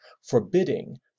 forbidding